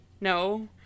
no